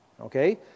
Okay